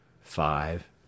five